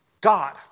God